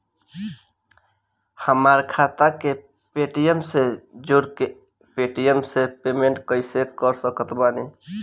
हमार खाता के पेटीएम से जोड़ के पेटीएम से पेमेंट कइसे कर सकत बानी?